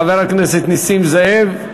חבר הכנסת נסים זאב,